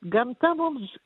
gamta mums